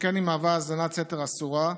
שכן היא מהווה האזנת סתר אסורה,